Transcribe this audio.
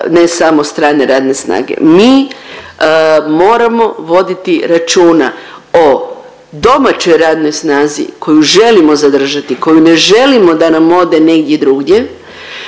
ne samo strane radne snage. Mi moramo voditi računa o domaćoj radnoj snazi koju želimo zadržati, koju ne želimo da nam ode negdje drugdje,